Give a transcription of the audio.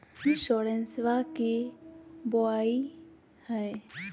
इंसोरेंसबा की होंबई हय?